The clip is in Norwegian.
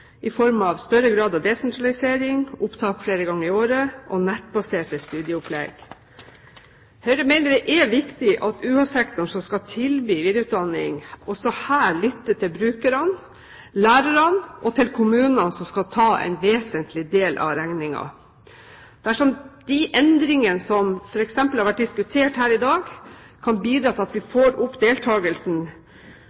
i form av større grad av desentralisering, opptak flere ganger i året og nettbaserte studieopplegg. Høyre mener at det er viktig at UH-sektoren, som skal tilby videreutdanning, også her lytter til brukerne, til lærerne og til kommunene, som skal ta en vesentlig del av regningen. Dersom de endringene som f.eks. har vært diskutert her i dag, kan bidra til at vi